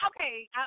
okay